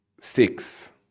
six